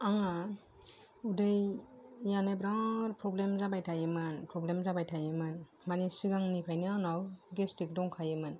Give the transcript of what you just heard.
आङो उदैयानो बिरात प्रब्लेम जाबाय थायोमोन प्रब्लेम जाबाय थायोमोन मानि सिगांनिफ्रायनो आंनाव गेसत्रिक दंखायोमोन